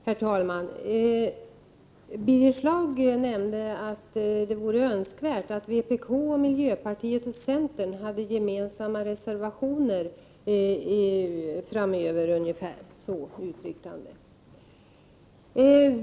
Herr talman! Birger Schlaug nämnde att det vore önskvärt att vpk, miljöpartiet och centern framöver avger gemensamma reservationer.